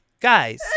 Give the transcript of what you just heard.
guys